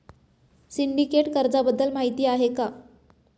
Syndicate कर्जाबद्दल माहिती आहे का?